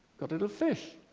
got a little fish!